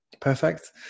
Perfect